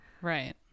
right